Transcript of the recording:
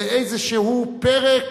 זה איזשהו פרק